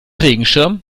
regenschirm